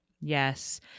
Yes